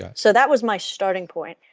so that was my starting point.